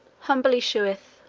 humbly sheweth,